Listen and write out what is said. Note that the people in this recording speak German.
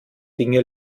dinge